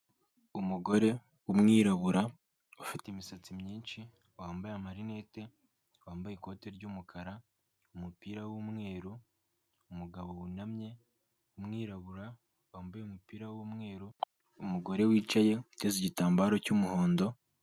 Umugore w'umwirabura ufite imisatsi myinshi wambaye amarinete, wambaye ikote ry'umukara, umupira w'umweru, umugabo wunamye w'umwirabura wambaye umupira w'umweru, umugore wicaye uteze igitambaro cy'umuhondo.